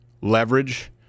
leverage